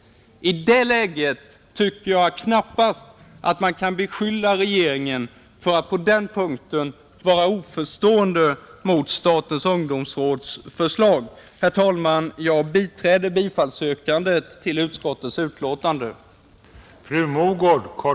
I det läget tycker jag väl knappast att man kan beskylla regeringen för att på den punkten vara oförstående mot statens ungdomsråds krav. Herr talman! Jag biträder bifallsyrkandet till utskottets hemställan.